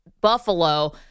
Buffalo